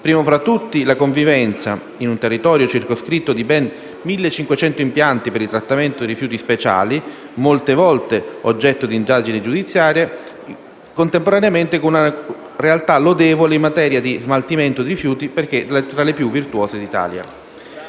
primo tra tutti la convivenza in un territorio circoscritto di ben 1.500 impianti per il trattamento di rifiuti speciali, molte volte oggetto di indagini giudiziarie, con una realtà lodevole in materia di smaltimento di rifiuti perché tra le più virtuose d'Italia.